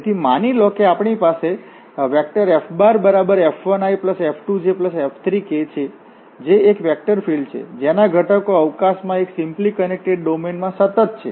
તેથી માની લો કે આપણી પાસે FF1iF2jF3k છે જે એક વેક્ટર ફિલ્ડ છે જેનાં ઘટકો અવકાશમાં એક સિંપલી કનેકટેડ ડોમેન D માં સતત છે